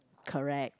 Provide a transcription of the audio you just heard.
correct